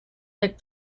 like